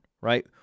right